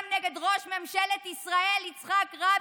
גם נגד ראש ממשלת ישראל יצחק רבין,